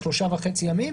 לשלושה וחצי ימים,